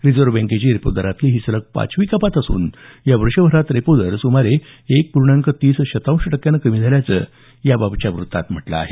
reserve बँकेची repo दरातली ही सलग पाचवी कपात असून या वर्षभरात रेपो दर सुमारे एक पूर्णांक तीस शतांश टक्क्याने कमी झाल्याचं याबाबतच्या वृत्तात म्हटलं आहे